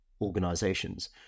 organizations